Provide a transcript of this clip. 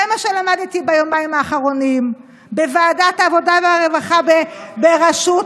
זה מה שלמדתי ביומיים האחרונים בוועדת העבודה והרווחה בראשות,